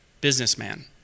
businessman